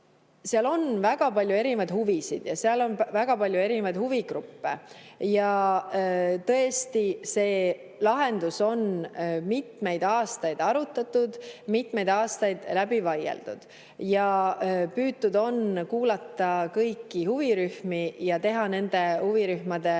Seal on väga palju erinevaid huvisid ja seal on väga palju erinevaid huvigruppe. Ja tõesti, seda lahendust on mitmeid aastaid arutatud, mitmeid aastaid läbi vaieldud ning on püütud kuulata kõiki huvirühmi ja teha nende huvirühmade